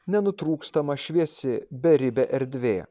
nenutrūkstama šviesi beribė erdvė